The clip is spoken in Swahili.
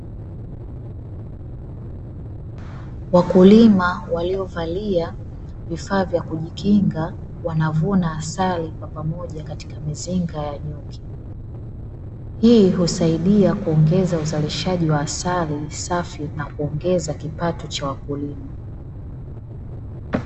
Wakulima waliovalia vifaa vya kujikinga wanavuna asali kwa pamoja katika mizinga ya nyuki, hii husaidia kuongeza uzalishaji wa asali safi na kuongeza kipato cha wakulima.